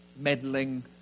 meddling